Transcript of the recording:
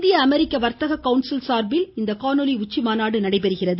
இந்திய அமெரிக்க வர்த்தக கவுன்சில் சார்பில் இந்த காணொலி உச்சிமாநாடு நடைபெறுகிறது